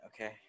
okay